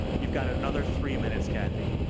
you've got another three minutes, kathy.